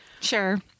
Sure